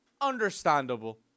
Understandable